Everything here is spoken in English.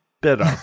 better